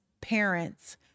parents